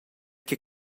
che